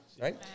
Right